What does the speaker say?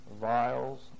vials